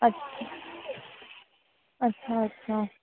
अछा अछा अछा